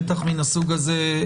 בטח מהסוג הזה,